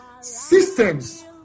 systems